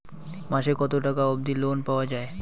মাসে কত টাকা অবধি লোন পাওয়া য়ায়?